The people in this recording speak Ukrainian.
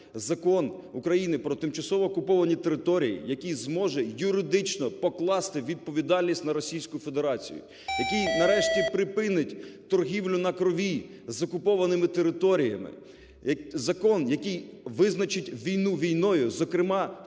Закон України про тимчасово окуповані території, який зможе юридично покласти відповідальність на Російську Федерацію, який нарешті припинить торгівлю на крові з окупованими територіями, закон, який визначить війну війною, зокрема,